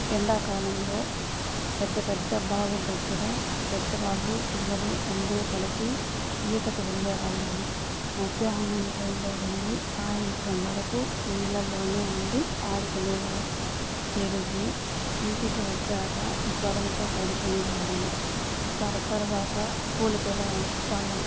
ఎండాకాలంలో పెద్ద పెద్ద బావుల దగ్గర పెద్దవాళ్ళు పిల్లలు అందరు కలిసి ఈతకు వెళ్ళే వాళ్ళము మధ్యాహ్నం టైంలో వెళ్ళి సాయంత్రం వరకు నీళ్ళలో ఉండి ఆడుకునే వాళ్ళం తిరిగి ఇంటికి వచ్చాక జ్వరంతో పడుకునే వాళ్ళము సర తర్వాత స్కూల్కి వెళ్ళే వాళ్ళము